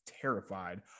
terrified